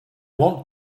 want